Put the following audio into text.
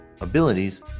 abilities